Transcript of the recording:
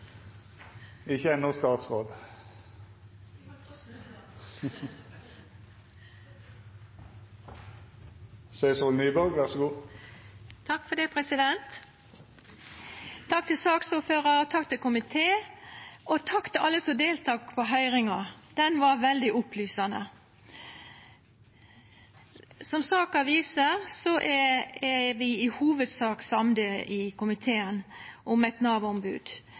Takk til saksordføraren, takk til komiteen og takk til alle som deltok på høyringa. Ho var veldig opplysande. Som saka viser, er vi i komiteen i hovudsak samde om eit Nav-ombod. Vi er usamde om